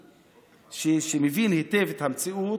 שמבין היטב את המציאות,